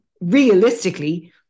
realistically